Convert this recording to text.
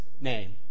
name